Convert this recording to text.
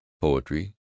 poetry